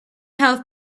health